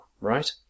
right